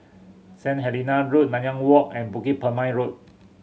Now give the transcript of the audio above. Saint Helena Road Nanyang Walk and Bukit Purmei Road